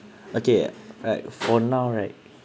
okay right for now right